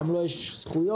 גם לו יש זכויות.